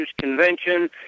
Convention